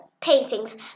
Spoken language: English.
paintings